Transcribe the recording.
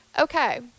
okay